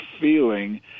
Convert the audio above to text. feeling